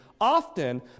often